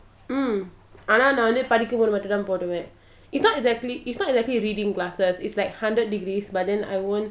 mm ஆனாநான்வந்துபடிக்கும்போதுமட்டும்தான்போடுவேன்:ana nan vandhu padikumpothu mattumthan poduven it's not exactly it's not exactly reading glasses is like hundred degrees but then I won't